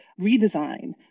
redesign